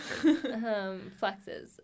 Flexes